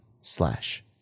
slash